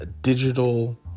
digital